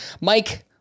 Mike